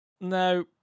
No